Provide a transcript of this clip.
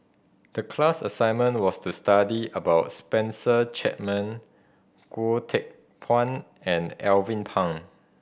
the class assignment was to study about Spencer Chapman Goh Teck Phuan and Alvin Pang